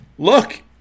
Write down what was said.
Look